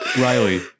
Riley